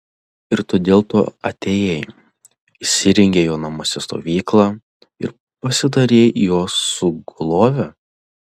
ir todėl tu atėjai įsirengei jo namuose stovyklą ir pasidarei jo sugulove